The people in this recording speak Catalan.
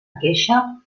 queixa